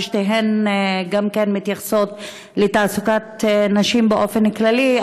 ושתיהן מתייחסות לתעסוקת נשים באופן כללי,